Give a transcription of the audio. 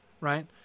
right